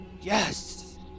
Yes